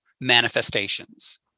manifestations